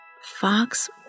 Fox